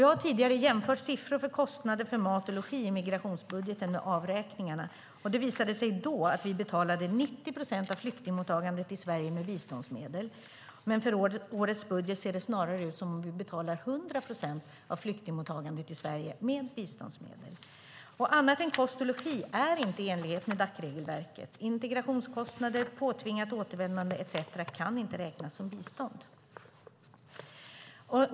Jag har tidigare jämfört siffror för kostnader för mat och logi i migrationsbudgeten med avräkningarna. Det visade sig då att vi betalade 90 procent av flyktingmottagandet i Sverige med biståndsmedel, men för årets budget ser det snarare ut som om vi betalar 100 procent av flyktingmottagandet i Sverige med biståndsmedel. Annat än kost och logi är inte i enlighet med Dacregelverket. Integrationskostnader, påtvingat återvändande etcetera kan inte räknas som bistånd.